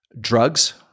drugs